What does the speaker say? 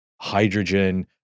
hydrogen